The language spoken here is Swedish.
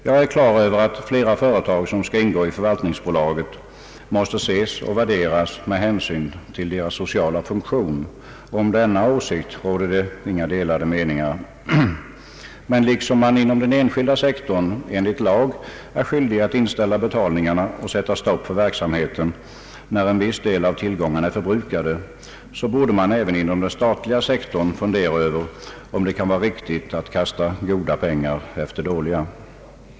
Jag är på det klara med att flera företag som skall ingå i förvaltningsbolaget måste ses och värderas med hänsyn till deras sociala funktion. I det avseendet råder inga delade meningar. Men liksom man inom den enskilda sektorn enligt lag är skyldig att inställa betalningarna och sätta stopp för verksamheten när en viss del av tillgångarna är förbrukade, borde man inom den statliga sektorn fundera över om det kan vara riktigt att kasta goda pengar efter dåliga.